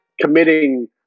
committing